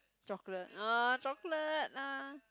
chocolate ah chocolate uh